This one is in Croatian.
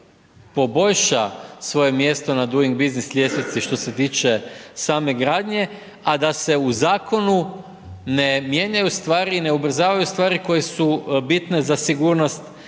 poboljša svoje mjesto na doing business ljestvici što se tiče same gradnje a da se u zakonu ne mijenjaju stvari i ne ubrzavaju stvari koje su bitne za sigurnost naših